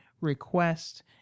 request